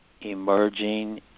emerging